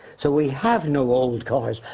so we have no old cars.